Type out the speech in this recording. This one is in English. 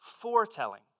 foretelling